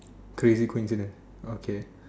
crazy coincidence okay